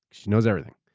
she knows everything.